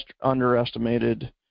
underestimated